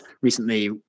recently